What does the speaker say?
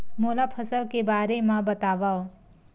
मोला फसल के बारे म बतावव?